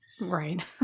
Right